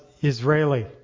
Israeli